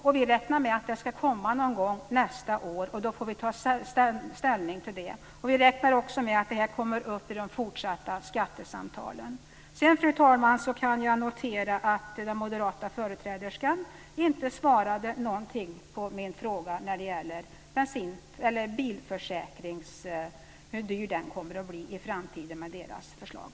Och vi räknar med att det ska komma någon gång nästa år, och då får vi ta ställning till det. Vi räknar också med att detta kommer upp i de fortsatta skattesamtalen. Fru talman! Jag kan notera att den moderata företräderskan inte svarade på min fråga om hur dyr bilförsäkringen kommer att bli i framtiden med moderaternas förslag.